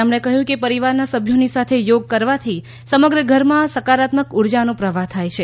તેમણે કહ્યું કે પરિવારના સભ્યોની સાથે યોગ કરવાથી પૂરી ઘરમાં સકારાત્મક ઉર્જાનો પ્રવાહ થાય છે